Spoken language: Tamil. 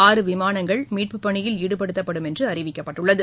ஆறு விமானங்கள் மீட்புப்பணியில் ஈடுபடுத்தப்படும் என்றுஅறிவிக்கப்பட்டுள்ளது